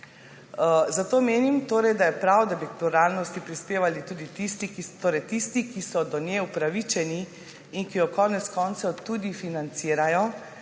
da je prav, da bi k pluralnosti prispevali tisti, ki so do nje upravičeni in ki jo konec koncev tudi financirajo,